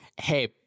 hey